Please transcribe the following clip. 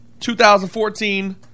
2014